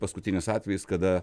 paskutinis atvejis kada